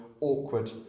awkward